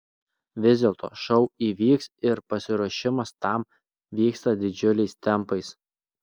vis dėlto šou įvyks ir pasiruošimas tam vyksta didžiuliais tempais